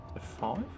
Five